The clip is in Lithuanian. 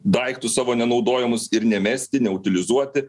daiktus savo nenaudojamus ir nemesti neutilizuoti